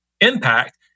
impact